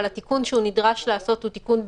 אבל התיקון שהוא נדרש לעשות הוא תיקון בתשתית,